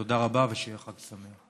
תודה רבה, ושיהיה חג שמח.